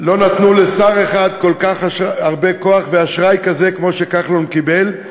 לא נתנו לשר אחד כל כך הרבה כוח ואשראי כזה כמו שכחלון קיבל.